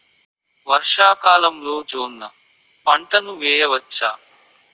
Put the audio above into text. వర్షాకాలంలో జోన్న పంటను వేయవచ్చా?